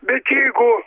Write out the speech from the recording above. bet jeigu